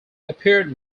appeared